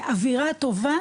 אווירה טובה